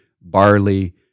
barley